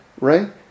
right